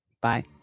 Bye